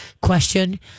question